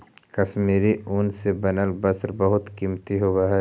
कश्मीरी ऊन से बनल वस्त्र बहुत कीमती होवऽ हइ